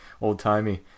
old-timey